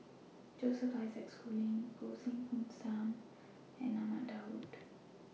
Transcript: Joseph Isaac Schooling Goh Heng Soon SAM and Ahmad Daud